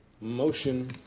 motion